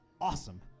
awesome